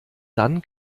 dann